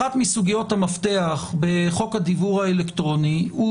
אחת מסוגיות המפתח בחוק הדיוור האלקטרוני היא